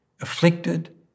afflicted